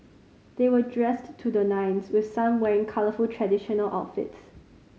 they were dressed to the nines with some wearing colourful traditional outfits